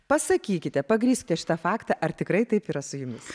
pasakykite pagrįskite šitą faktą ar tikrai taip yra su jumis